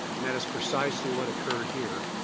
and that is precisely what occurred here.